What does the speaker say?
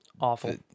Awful